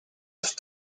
have